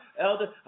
Elder